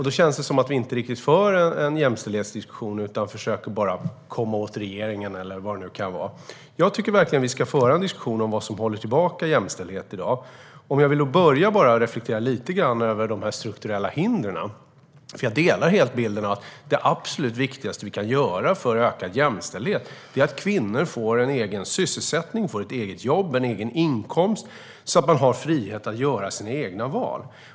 Det känns som att vi inte riktigt för en jämställdhetsdiskussion, utan man försöker bara komma åt regeringen eller vad det nu kan vara. Jag tycker verkligen att vi ska föra en diskussion om vad som håller tillbaka jämställdheten i dag. Låt mig börja med att reflektera något över de strukturella hinder som finns. Jag delar bilden av att det absolut viktigaste för att öka jämställdheten är att kvinnor får en egen sysselsättning, ett eget jobb och en egen inkomst så att de har frihet att göra sina egna val.